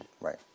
Right